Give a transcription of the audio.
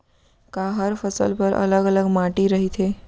का हर फसल बर अलग अलग माटी रहिथे?